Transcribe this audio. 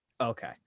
Okay